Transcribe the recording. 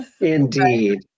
Indeed